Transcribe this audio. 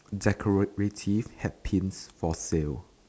decorative hairpins for sale